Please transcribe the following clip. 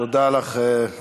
תודה לך, פטור.